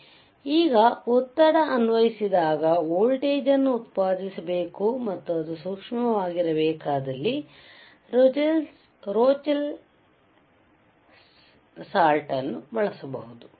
ಆದ್ದರಿಂದ ಈಗ ಒತ್ತಡ ಅನ್ವಯಿಸಿದಾಗ ವೋಲ್ಟೇಜ್ ಅನ್ನು ಉತ್ಪಾದಿಸಬೇಕು ಮತ್ತು ಅದು ಸೂಕ್ಷ್ಮವಾಗಿರಬೇಕಾದಲ್ಲಿ ರೋಚೆಲ್ ಸಾಲ್ಟ್ ನ್ನು ಬಳಸಬಹುದು